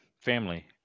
family